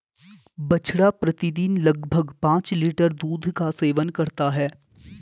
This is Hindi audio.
बछड़ा प्रतिदिन लगभग पांच लीटर दूध का सेवन करता है